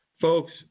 folks